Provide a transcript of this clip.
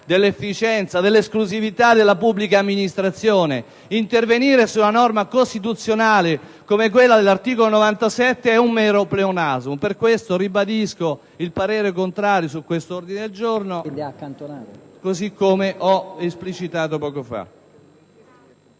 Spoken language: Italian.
dell'efficienza, dell'esclusività della pubblica amministrazione. Intervenire su una norma costituzionale come quella dell'articolo 97 è un mero pleonasmo. Per questo, ribadisco il parere contrario su questo ordine del giorno, che potrebbe essere accolto